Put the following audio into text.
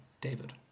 David